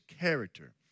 character